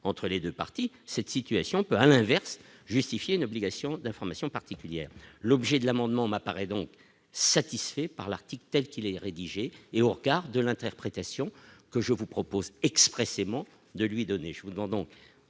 entre les 2 parties, cette situation peut à l'inverse, justifier une obligation d'information particulière, l'objet de l'amendement m'apparaît donc satisfaits par l'article telle qu'il est rédigé et au regard de l'interprétation que je vous propose expressément de lui donner